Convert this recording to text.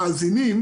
המאזינים,